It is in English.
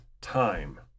time